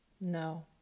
No